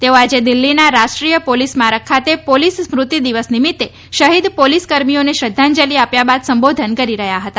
તેઓ આજે દિલ્હીના રાષ્ટ્રીય પોલીસ સ્મારક ખાતે પોલીસ સ્મૃતિ દિવસ નિમિત્તે શહીદ પોલીસ કર્મીઓને શ્રદ્ધાંજલિ આપ્યા બાદ સંબોધન કરી રહ્યા હતા